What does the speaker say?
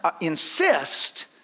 insist